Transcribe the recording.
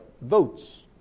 votes